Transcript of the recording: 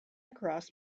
across